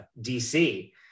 dc